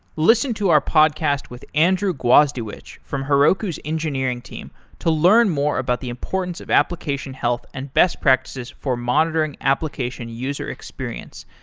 listen to our podcast with andrew gwazdziewycz from heroku's engineering team to learn more about the importance of application health and best practices for monitoring application user experience.